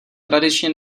tradičně